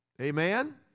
Amen